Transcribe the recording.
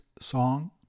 song